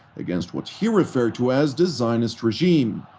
against what he referred to as the zionist regime.